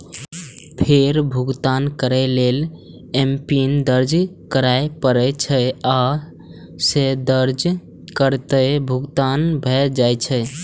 फेर भुगतान करै लेल एमपिन दर्ज करय पड़ै छै, आ से दर्ज करिते भुगतान भए जाइ छै